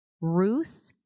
Ruth